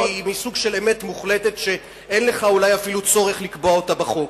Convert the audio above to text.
והיא סוג של אמת מוחלטת שאין לך אפילו צורך לקבוע אותה בחוק.